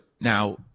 Now